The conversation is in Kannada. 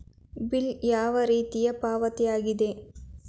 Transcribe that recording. ಬಿಲ್ ಯಾವ ರೀತಿಯ ಪಾವತಿಯಾಗಿದೆ?